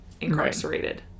incarcerated